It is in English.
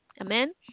Amen